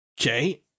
Okay